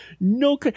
no